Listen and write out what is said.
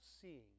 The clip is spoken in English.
seeing